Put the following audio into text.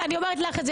אני אומרת את זה לך,